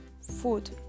food